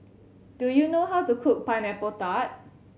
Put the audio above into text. do you know how to cook Pineapple Tart